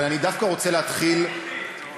אבל אני דווקא רוצה להתחיל מהתודות,